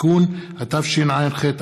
הודעה לסגן מזכירת הכנסת.